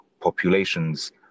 populations